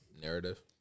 narrative